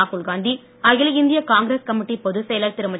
ராகுல்காந்தி அகில இந்திய காங்கிரஸ் கமிட்டி பொதுச் செயலர் திருமதி